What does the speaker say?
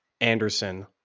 Anderson